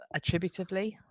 attributively